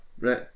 right